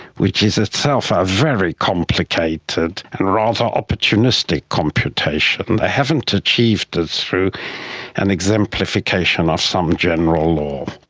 which is itself a very complicated and rather opportunistic computation. they haven't achieved it through an exemplification of some general law.